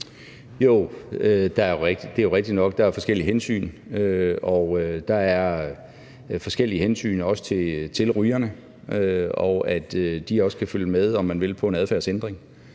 Jo, det er jo rigtigt nok, at der er forskellige hensyn, også til rygerne, så de også kan følge med, om man vil, på en adfærdsændring.